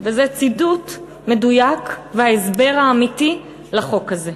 וזה ציטוט מדויק וההסבר האמיתי לחוק הזה.